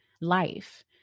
Life